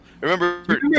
remember